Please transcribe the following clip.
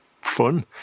fun